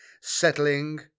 settling